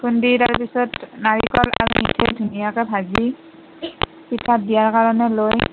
খুন্দি তাৰপিছত নাৰিকল আৰু মিঠৈ ধুনীয়াকৈ ভাজি পিঠাত দিয়াৰ কাৰণে লৈ